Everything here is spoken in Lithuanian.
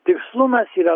tikslumas yra